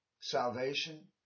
salvation